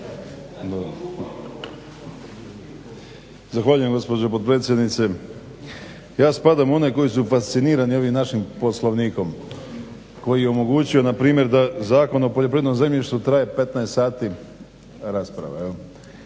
Zahvaljujem gospođo potpredsjednice. Ja spadam u one koji su fascinirani ovim našim Poslovnikom koji je omogućio npr. da Zakon o poljoprivrednom zemljištu traje 15 sati rasprave.